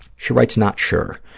she writes, not sure.